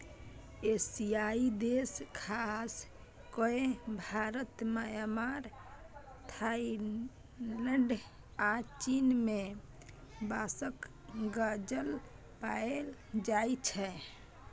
एशियाई देश खास कए भारत, म्यांमार, थाइलैंड आ चीन मे बाँसक जंगल पाएल जाइ छै